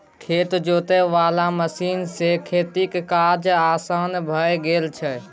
खेत जोते वाला मशीन सँ खेतीक काज असान भए गेल छै